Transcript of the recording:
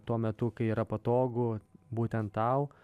tuo metu kai yra patogu būtent tau